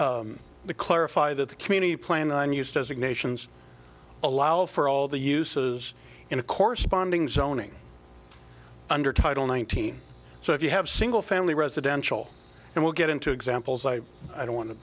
said the clarify that the community plan on used as ignitions allow for all the uses in a corresponding zoning under title nineteen so if you have single family residential and we'll get into examples i i don't want to